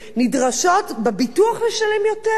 נדרשות בביטוח לשלם יותר?